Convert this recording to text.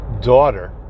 daughter